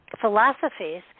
philosophies